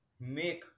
make